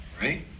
Right